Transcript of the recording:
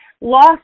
lost